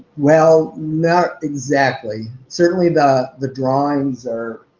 well, not exactly. certainly the the drawings are,